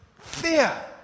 fear